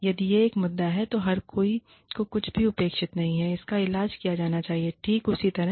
यदि यह एक मुद्दा है तो हर कोई जो कुछ भी अपेक्षित नहीं है उसका इलाज किया जाना चाहिए ठीक उसी तरह